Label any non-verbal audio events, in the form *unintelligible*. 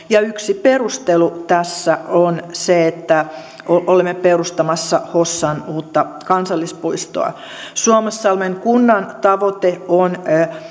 *unintelligible* ja yksi perustelu tässä on se että olemme perustamassa hossan uutta kansallispuistoa suomussalmen kunnan tavoite on